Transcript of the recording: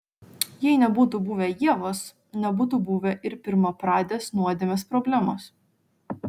jei nebūtų buvę ievos nebūtų buvę ir pirmapradės nuodėmės problemos